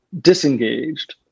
disengaged